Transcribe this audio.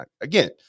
again